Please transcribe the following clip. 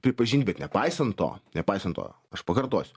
pripažint bet nepaisant to nepaisant to aš pakartosiu